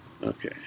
Okay